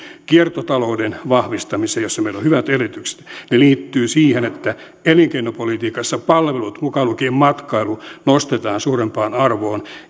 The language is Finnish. kiertotalouden vahvistamiseen jossa meillä on hyvät edellytykset ja siihen että elinkeinopolitiikassa palvelut mukaan lukien matkailu nostetaan suurempaan arvoon